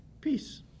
peace